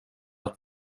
att